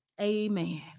Amen